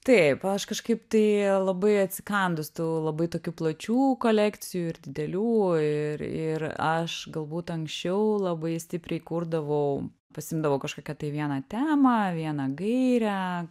taip aš kažkaip tai labai atsikandus tų labai tokių plačių kolekcijų ir didelių ir ir aš galbūt anksčiau labai stipriai kurdavau pasiimdavau kažkokią tai vieną temą vieną gairę